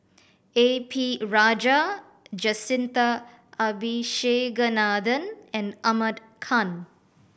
A P Rajah Jacintha Abisheganaden and Ahmad Khan